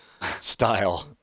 style